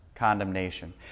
Condemnation